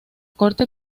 corte